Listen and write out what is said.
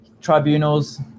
tribunals